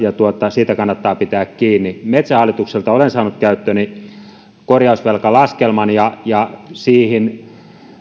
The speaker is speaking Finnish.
siitä kannattaa pitää kiinni metsähallitukselta olen saanut käyttööni korjausvelkalaskelman ja ja siihen